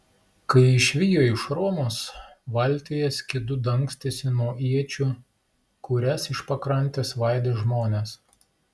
kai išvijo iš romos valtyje skydu dangstėsi nuo iečių kurias iš pakrantės svaidė žmonės